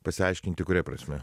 pasiaiškinti kuria prasme